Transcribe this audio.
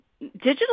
Digital